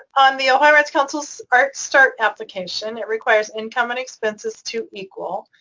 on the ohio arts council's artstart application it requires income and expenses to equal.